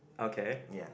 okay